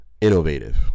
innovative